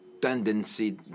tendency